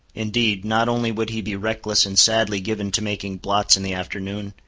indeed, not only would he be reckless and sadly given to making blots in the afternoon,